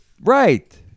Right